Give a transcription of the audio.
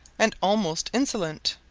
and almost insolent.